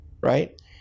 Right